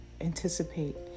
anticipate